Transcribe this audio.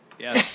yes